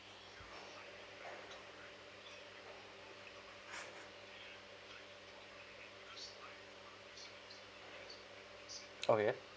okay